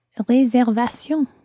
réservation